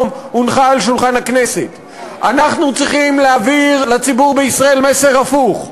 אנחנו צריכים להעביר לציבור בישראל מסר הפוך: